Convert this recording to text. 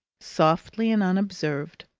softly and unobserved,